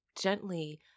Gently